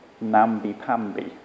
namby-pamby